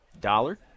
Dollar